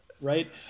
Right